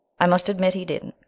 i must admit he didn't.